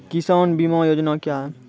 किसान बीमा योजना क्या हैं?